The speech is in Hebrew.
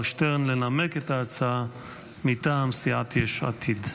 שטרן לנמק את ההצעה מטעם סיעת יש עתיד.